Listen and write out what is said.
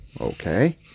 Okay